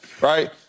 right